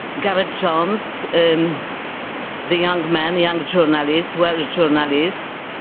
gareth jones, um the young man, the young journalist, welsh journalist,